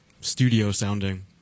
studio-sounding